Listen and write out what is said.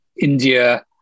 India